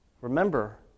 Remember